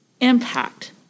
impact